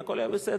והכול היה בסדר,